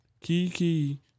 Kiki